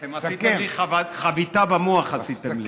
אתם עשיתם לי חביתה במוח, עשיתם לי.